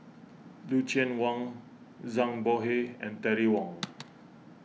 Lucien Wang Zhang Bohe and Terry Wong